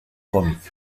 cómic